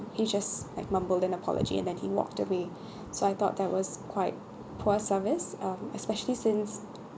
he just like mumbled an apology and that he walked away so I thought that was quite poor service um especially since